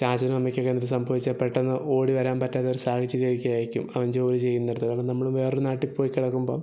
ചാച്ചനും അമ്മയ്ക്കൊക്കെ എന്തെങ്കിലും സംഭവിച്ചാൽ പെട്ടെന്ന് ഓടി വരാൻ പറ്റാത്തൊരു സാഹചര്യം ഒക്കെ ആയിരിക്കും അവൻ ജോലി ചെയ്യുന്നിടത്ത് കാരണം നമ്മൾ വേറൊരു നാട്ടിൽ പോയി കിടക്കുമ്പം